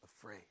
afraid